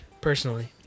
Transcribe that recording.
personally